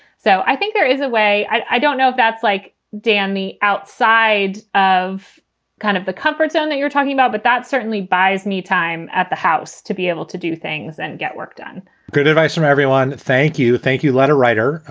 so i think there is a way i don't know if that's like the outside of kind of the comfort zone that you're talking about, but that certainly buys me time at the house to be able to do things and get work done good advice from everyone. thank you. thank you. letter writer.